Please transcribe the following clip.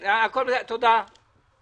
עזבו, זה לא הנושא.